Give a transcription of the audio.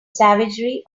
savagery